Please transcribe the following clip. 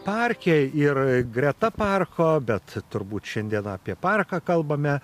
parke ir greta parko bet turbūt šiandien apie parką kalbame